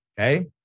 okay